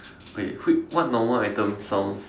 okay wait what normal item sounds